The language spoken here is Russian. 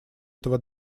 этого